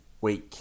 week